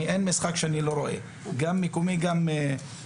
אין משחק שאני לא רואה, גם מקומי וגם מחו"ל.